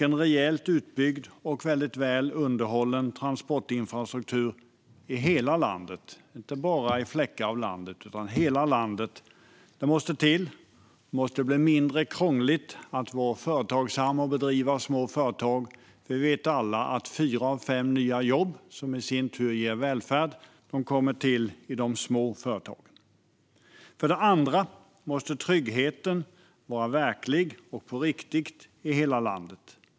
En rejält utbyggd och väldigt väl underhållen transportinfrastruktur i hela landet, och inte bara i fläckar av landet, måste till. Det måste bli mindre krångligt att vara företagsam och att driva små företag. Vi vet alla att fyra av fem nya jobb, som i sin tur ger välfärd, kommer till i de små företagen. För det andra måste tryggheten vara verklig och på riktigt i hela landet.